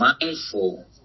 mindful